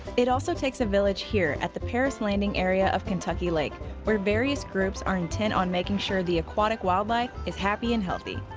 it also takes a village here at the paris landing area of kentucky lake where various groups are intent on making sure the aquatic wildlife is happy and healthy.